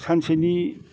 सानसेनि